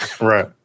Right